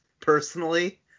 Personally